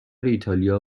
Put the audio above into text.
ایتالیا